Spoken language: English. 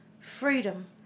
freedom